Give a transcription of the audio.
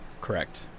correct